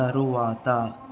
తరువాత